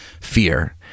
fear